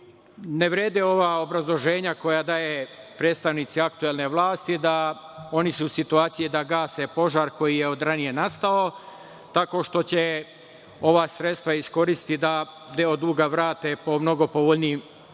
vrede ova obrazloženja koja daju predstavnici aktuelne vlasti, da su oni u situaciji da gase požar koji je odranije nastao tako što će ova sredstva iskoristiti da vrate deo duga po mnogo povoljnijim